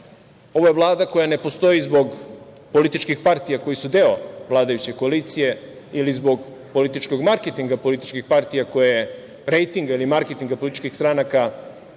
je Vlada koja ne postoji zbog političkih partija koje su deo vladajuće koalicije ili zbog političkog marketinga političkih partija, rejtinga ili marketinga političkih stranka